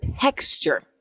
texture